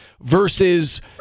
versus